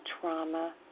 trauma